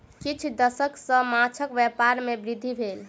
किछ दशक सॅ माँछक व्यापार में वृद्धि भेल